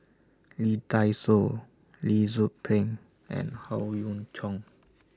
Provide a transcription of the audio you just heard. Lee Dai Soh Lee Tzu Pheng and Howe Yoon Chong